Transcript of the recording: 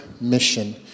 mission